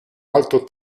alto